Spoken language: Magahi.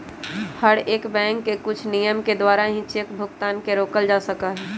हर एक बैंक के कुछ नियम के द्वारा ही चेक भुगतान के रोकल जा सका हई